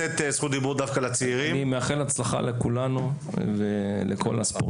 אני מאחל הצלחה לכולנו ולכל הספורטאים.